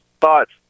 thoughts